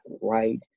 right